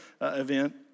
event